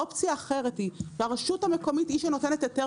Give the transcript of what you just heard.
האופציה האחרת היא שהרשות המקומית היא זו שנותנת היתר